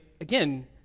again